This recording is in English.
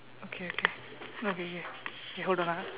okay okay okay you hold on ah